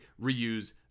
reuse